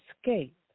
escape